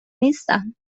نیستم